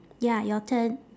ya your turn